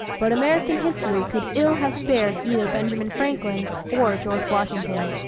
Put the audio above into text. but american history could ill have spared either benjamin franklin or george washington.